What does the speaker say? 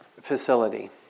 facility